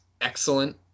excellent